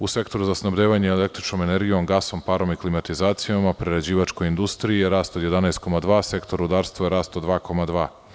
U sektoru za snabdevanje električnom energijom, gasom, klimatizacijom u prerađivačkoj industriji je rast od 11,2, u sektoru rudarstva rast od 2,2%